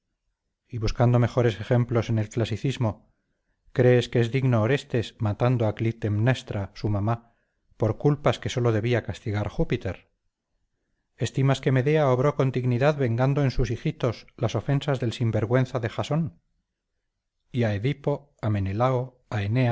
y buscando mejores ejemplos en el clasicismo crees que es digno orestes matando a clitemnestra su mamá por culpas que sólo debía castigar júpiter estimas que medea obró con dignidad vengando en sus hijitos las ofensas del sinvergüenza de jasón y a edipo a menelao